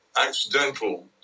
accidental